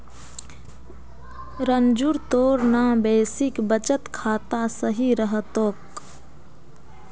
रंजूर तोर ना बेसिक बचत खाता सही रह तोक